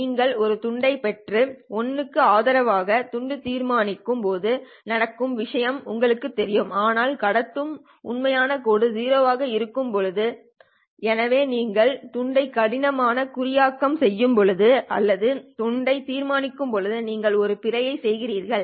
நீங்கள் ஒரு துண்டை பெற்று 1 க்கு ஆதரவாக துண்டை தீர்மானிக்கும் போது நடக்கும் விஷயம் உங்களுக்குத் தெரியும் ஆனால் கடத்தும் உண்மையான துண்டு 0 ஆக இருக்கும்போது எனவே நீங்கள் துண்டை கடுமையாக குறியாக்கம் செய்யும்போதோ அல்லது துண்டை தீர்மானிக்கும் போது நீங்கள் ஒரு பிழையைச் செய்கிறீர்கள்